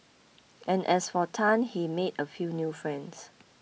and as for Tan he made a few new friends